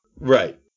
Right